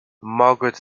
margaret